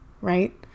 right